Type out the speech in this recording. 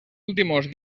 últimos